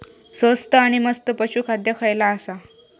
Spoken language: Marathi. स्वस्त आणि मस्त पशू खाद्य खयला आसा?